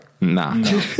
Nah